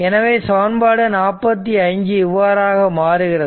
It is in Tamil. எனவே சமன்பாடு 45 இவ்வாறாக மாறுகிறது